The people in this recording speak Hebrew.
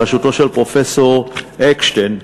בראשותו של פרופסור אקשטיין,